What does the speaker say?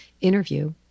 interview